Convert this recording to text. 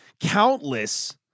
countless